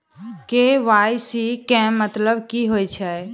KYC केँ मतलब की होइ छै?